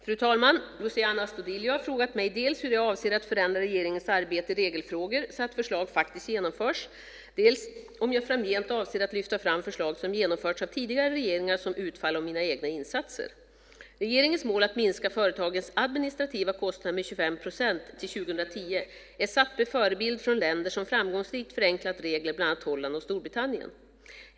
Fru talman! Luciano Astudillo har frågat mig dels hur jag avser att förändra regeringens arbete i regelfrågor så att förslag faktiskt genomförs, dels om jag framgent avser att lyfta fram förslag som genomförts av tidigare regeringar som utfall av mina egna insatser. Regeringens mål att minska företagens administrativa kostnader med 25 procent till 2010 är satt med förebild från länder som framgångsrikt förenklat regler, bland annat Holland och Storbritannien.